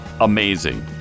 amazing